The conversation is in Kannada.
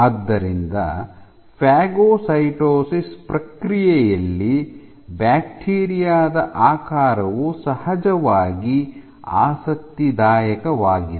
ಆದ್ದರಿಂದ ಫಾಗೊಸೈಟೋಸಿಸ್ ಪ್ರಕ್ರಿಯೆಯಲ್ಲಿ ಬ್ಯಾಕ್ಟೀರಿಯಾದ ಆಕಾರವು ಸಹಜವಾಗಿ ಆಸಕ್ತಿದಾಯಕವಾಗಿದೆ